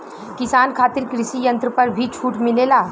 किसान खातिर कृषि यंत्र पर भी छूट मिलेला?